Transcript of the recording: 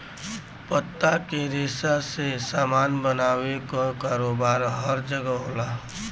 पत्ता के रेशा से सामान बनावे क कारोबार हर जगह होला